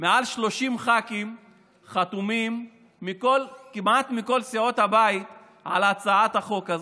מעל 30 ח"כים מכל סיעות הבית כמעט שחתומים על הצעת החוק הזאת,